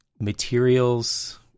materials